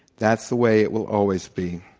that's the way it will always be.